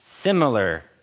similar